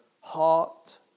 heart